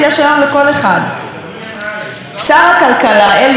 שר הכלכלה, אלי כהן, הנושא בתחום משרדו, הסכים.